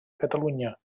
catalunya